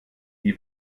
die